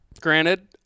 granted